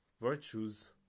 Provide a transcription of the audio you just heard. virtues